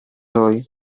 joy